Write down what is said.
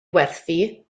werthu